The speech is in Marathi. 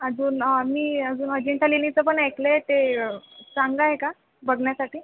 अजून मी अजून अजिंठा लेणीचंपण ऐकलं आहे ते चांगलं आहे का बघण्यासाठी